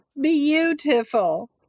Beautiful